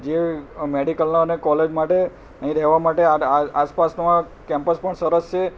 જે મેડિકલના અને કોલેજ માટે અહીં રહેવા માટે આસપાસનો આ કેમ્પસ પણ સરસ છે